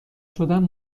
شدن